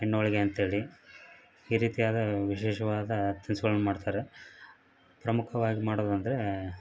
ಎಣ್ಣೆ ಹೋಳಿಗೆ ಅಂತೇಳಿ ಈ ರೀತಿಯಾದ ವಿಶೇಷವಾದ ತಿನಿಸುಗಳನ್ನ ಮಾಡ್ತಾರೆ ಪ್ರಮುಖವಾಗಿ ಮಾಡೋದಂದರೆ